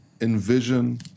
envision